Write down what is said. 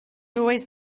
always